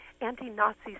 anti-Nazi